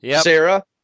Sarah